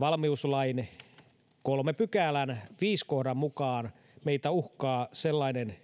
valmiuslain kolmannen pykälän viidennen kohdan mukaan meitä uhkaa sellainen